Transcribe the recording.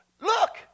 look